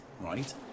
right